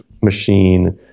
machine